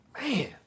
man